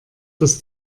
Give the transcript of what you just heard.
dass